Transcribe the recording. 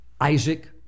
Isaac